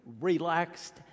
relaxed